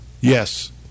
yes